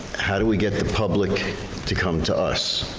how do we get the public to come to us?